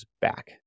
back